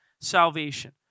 salvation